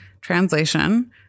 Translation